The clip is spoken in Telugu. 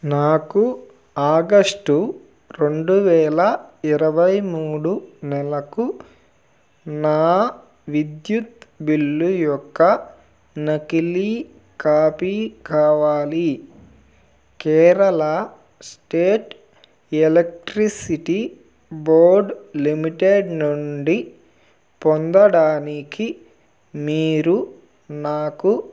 నాకు ఆగస్టు రెండువేల ఇరవైమూడు నెలకు నా విద్యుత్ బిల్లు యొక్క నకిలీ కాపీ కావాలి Kerala state electricity board limited నుండి పొందడానికి మీరు నాకు